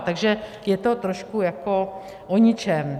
Takže je to trošku jako o ničem.